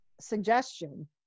suggestion